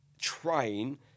train